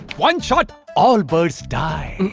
one shot all birds die.